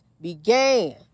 began